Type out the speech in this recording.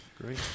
Great